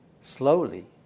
slowly